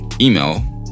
Email